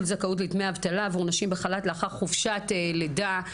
זכאות לדמי אבטלה עבור נשים בחל"ת לאחר חופשת לידה.